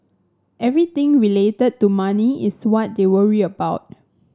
everything related to money is what they worry about